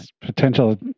Potential